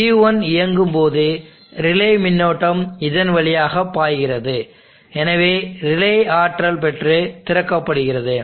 Q1 இயங்கும் போது relay மின்னோட்டம் இதன் வழியாக பாய்கிறது எனவே ரிலே ஆற்றல் பெற்று திறக்கப்படுகிறது